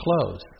clothes